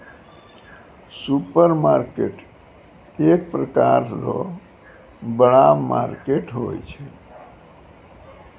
supermarket एक प्रकार रो बड़ा मार्केट होय छै